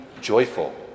joyful